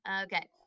Okay